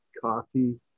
coffee